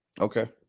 Okay